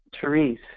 Therese